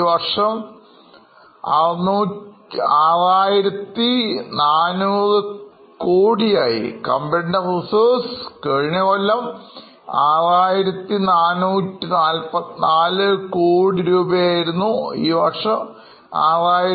ഈ വർഷം 6400 croreയായി